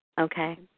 okay